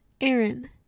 Aaron